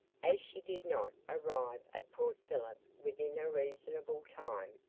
as she did not arrive at port phillip within a reasonable time,